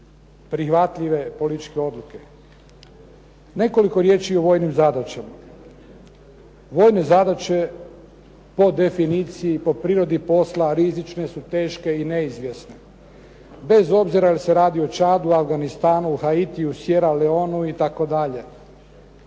prihvatljive političke odluke. Nekoliko riječi o vojnim zadaćama. Vojne zadaće po definiciji, po prirodi posla rizične su, teške i neizvjesne. Bez obzira je li se radi o Čadu, Afganistanu, Haitiu, Sirera Leonu itd.,